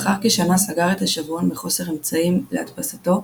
לאחר כשנה סגר את השבועון מחוסר אמצעים להדפסתו,